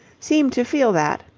seemed to feel that,